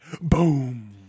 Boom